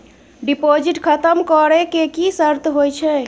Deposit खतम करे के की सर्त होय छै?